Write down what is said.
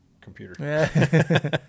computer